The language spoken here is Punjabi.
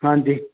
ਹਾਂਜੀ